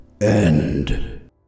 End